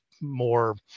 more